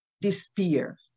despair